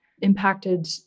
impacted